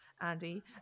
Andy